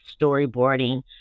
storyboarding